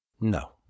No